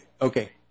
okay